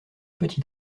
petit